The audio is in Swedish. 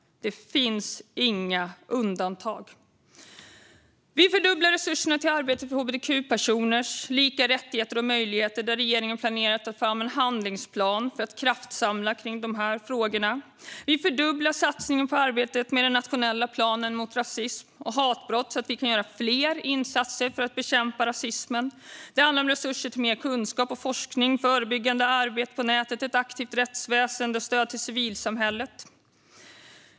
Det finns inga undantag. Vi fördubblar resurserna till arbetet för hbtq-personers lika rättigheter och möjligheter. Regeringen planerar att ta fram en handlingsplan för att kraftsamla i dessa frågor. Vi fördubblar satsningen på arbetet på den nationella planen mot rasism och hatbrott så att vi kan göra fler insatser för att bekämpa rasismen. Det handlar om resurser till mer kunskap och forskning, förebyggande arbete på nätet, ett aktivt rättsväsen och stöd till civilsamhället.